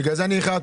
בגלל לזה איחרתי.